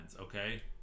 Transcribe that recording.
okay